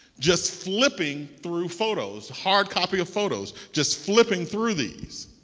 just flipping through photos, hard copy of photos. just flipping through these.